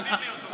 תעביר לי אותו.